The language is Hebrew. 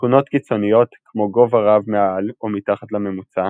תכונות קיצוניות, כמו גובה רב מעל או מתחת לממוצע,